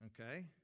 Okay